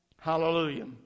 Hallelujah